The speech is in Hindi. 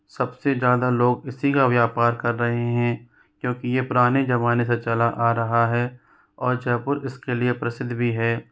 सबसे ज्यादा लोग इसी का व्यापार कर रहे हैं क्योंकि ये पुराने जमाने से चला आ रहा है और जयपुर इसके लिए प्रसिद्ध भी है